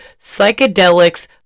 psychedelics